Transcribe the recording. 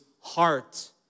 heart